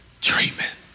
treatment